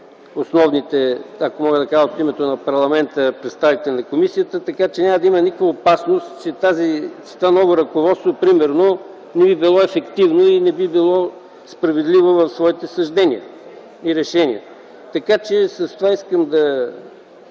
основните, ако мога да кажа, от името на парламента, представители на комисията. Няма да има никаква опасност, че това ново ръководство не би било ефективно и не би било справедливо в своите съждения и решения. С това искам да